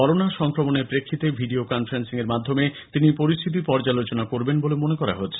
corona সংক্রমনের প্রেক্ষিতে video conferencing এর মাধ্যমে তিনি পরিস্থিতি পর্যালোচনা করবেন বলে মনে করা হচ্ছে